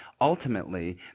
ultimately